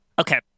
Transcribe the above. Okay